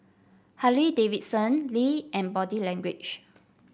Harley Davidson Lee and Body Language